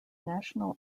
national